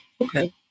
Okay